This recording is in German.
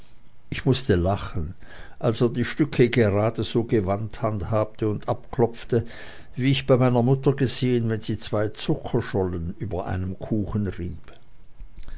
ich mußte lachen als er die stücke geradeso gewandt handhabte und abklopfte wie ich bei meiner mutter gesehen wenn sie zwei zuckerschollen über einem kuchen rieb